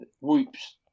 whoops